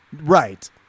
Right